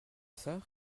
sœur